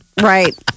right